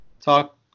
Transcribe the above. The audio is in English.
talk